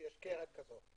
שיש קרן כזו.